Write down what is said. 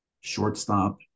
shortstop